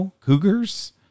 Cougars